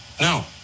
No